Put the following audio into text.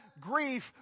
grief